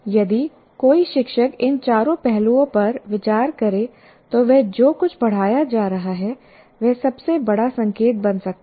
यदि कोई शिक्षक इन चारों पहलुओं पर विचार करे तो वह जो कुछ पढ़ाया जा रहा है वह सबसे बड़ा संकेत बना सकता है